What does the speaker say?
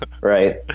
Right